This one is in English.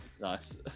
Nice